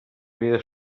vida